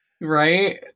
Right